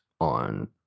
on